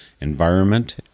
environment